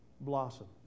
blossom